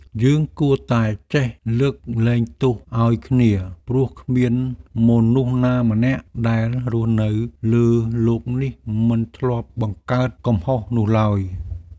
យើងគួរតែចេះលើកលែងទោសឱ្យគ្នា ព្រោះគ្មានមនុស្សណាម្នាក់ដែលរស់នៅលើលោកនេះមិនធ្លាប់បង្កើតកំហុសនោះឡើយ។